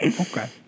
Okay